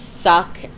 suck